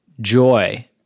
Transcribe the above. joy